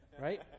Right